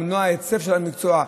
למנוע היקף של המקצוע.